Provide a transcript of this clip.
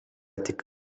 tik